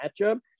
matchup